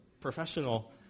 professional